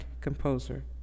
composer